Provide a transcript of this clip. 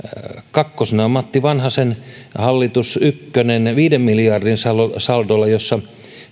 kakkosena on matti vanhasen ykköshallitus viiden miljardin saldolla saldolla jossa